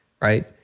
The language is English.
right